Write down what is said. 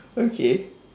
okay